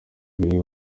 biri